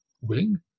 wing